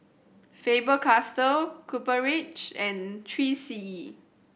Faber Castell Copper Ridge and Three C E